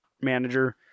manager